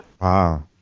Wow